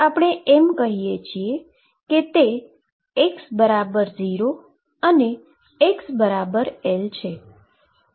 આપણે કહીએ કે તે x 0 અને x L છે